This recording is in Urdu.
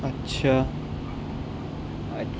اچھا اچھا